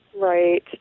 Right